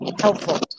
helpful